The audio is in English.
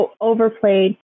overplayed